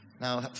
Now